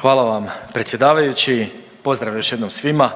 Hvala vam predsjedavajući. Pozdrav još jednom svima.